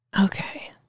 Okay